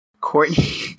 Courtney